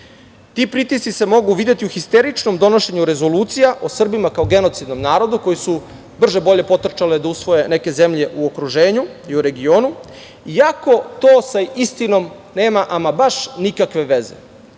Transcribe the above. Ti pritisci se mogu videti u histeričnom donošenju rezolucija Srbima kao genocidnom narodu koji su brže bolje potrčale da usvoje neke zemlje u okruženju i u regionu iako to sa istinom nema baš nikakve veze. Prvo,